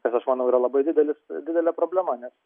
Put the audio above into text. nes aš manau yra labai didelis didelė problema nes